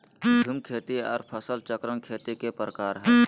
झूम खेती आर फसल चक्रण खेती के प्रकार हय